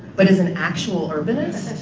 but, as an actual urbanist,